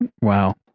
Wow